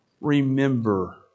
remember